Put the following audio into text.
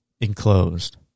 enclosed